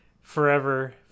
forever